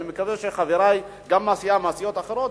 אני מקווה שגם חברי מהסיעות האחרות